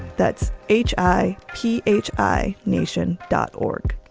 that's h i p h i nacion dot org.